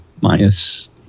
minus